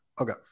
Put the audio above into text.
Okay